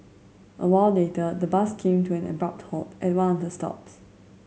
a while later the bus came to an abrupt halt at one of the stops